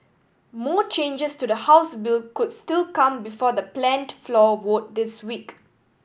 more changes to the House bill could still come before the planned floor vote this week